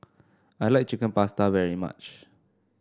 I like Chicken Pasta very much